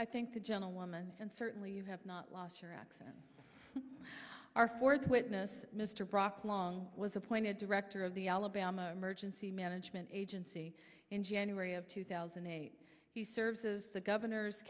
i think the gentlewoman and certainly you have not lost your accent our fourth witness mr brock long was appointed director of the alabama emergency management agency in january of two thousand and eight he serves as the governor's